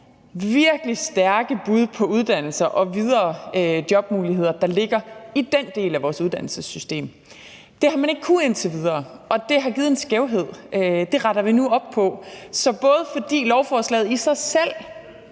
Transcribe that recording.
virkelig stærke bud på uddannelser og videre jobmuligheder, der ligger i den del af vores uddannelsessystem. Det har man ikke kunnet indtil videre, og det har givet en skævhed, og det retter vi nu op på. Lovforslaget i sig selv